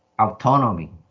autonomy